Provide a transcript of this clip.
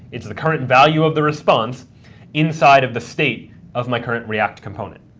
it's the current value of the response inside of the state of my current react component.